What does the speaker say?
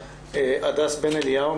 הדס בן אליהו,